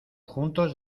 juntos